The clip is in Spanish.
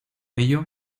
ello